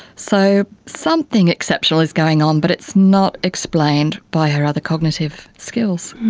so something exceptional is going on but it's not explained by her other cognitive skills.